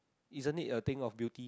isn't it a thing of beauty